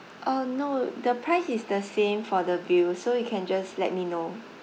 uh no the price is the same for the views so you can just let me know